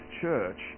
church